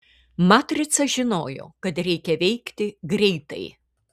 matrica žinojo kad reikia veikti greitai